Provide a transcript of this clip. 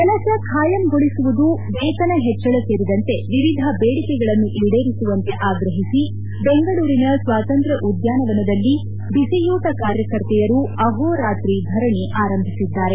ಕೆಲಸ ಖಾಯಂಗೊಳಿಸುವುದು ವೇತನ ಹೆಚ್ಚಳ ಸೇರಿದಂತೆ ವಿವಿಧ ಬೇಡಿಕೆಗಳನ್ನು ಈಡೇರಿಸುವಂತೆ ಆಗ್ರಹಿಸಿ ಬೆಂಗಳೂರಿನ ಸ್ವಾತಂತ್ರ್ಯ ಉದ್ದಾನವನದಲ್ಲಿ ಬಿಸಿಯೂಟ ಕಾರ್ಯಕರ್ತೆಯರು ಅಹೋರಾತ್ರಿ ಧರಣಿ ಆರಂಭಿಸಿದ್ದಾರೆ